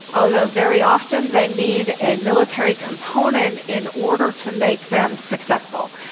although very often they need a military component in order to make them successful.